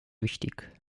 wichtig